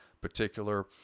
particular